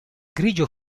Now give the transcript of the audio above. grigio